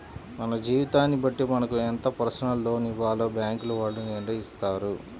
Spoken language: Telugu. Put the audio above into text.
మన జీతాన్ని బట్టి మనకు ఎంత పర్సనల్ లోన్ ఇవ్వాలో బ్యేంకుల వాళ్ళు నిర్ణయిత్తారు